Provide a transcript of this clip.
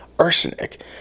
arsenic